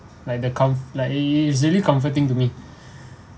like the comf~ like easily comforting to me